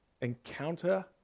encounter